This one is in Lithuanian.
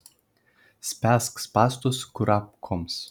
spęsk spąstus kurapkoms